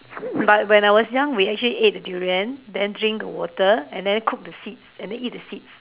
but when I was young we actually ate the durian then drink the water and then cook the seeds and then eat the seeds